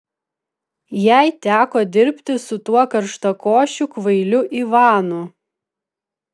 jai teko dirbti su tuo karštakošiu kvailiu ivanu